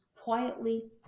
quietly